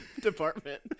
department